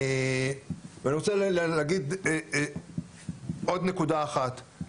ואני רוצה להגיד עוד נקודה אחת.